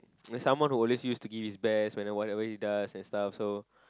like someone who always used to give his best when in whatever he does so